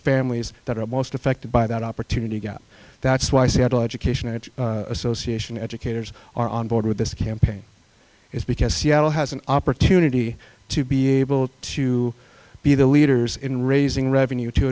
families that are most affected by that opportunity gap that's why seattle education association educators are on board with this campaign is because seattle has an opportunity to be able to be the leaders in raising revenue to